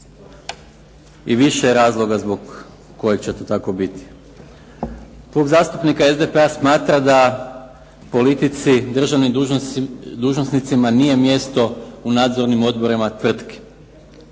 i više je razloga zbog kojih će to tako biti. Klub zastupnika SDP-a smatra da politici, državnim dužnosnicima nije mjesto u nadzornim odborima tvrtki.